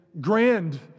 grand